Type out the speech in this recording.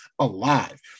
alive